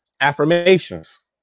Affirmations